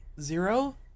Zero